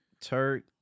Turk